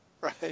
right